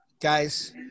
guys